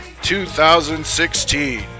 2016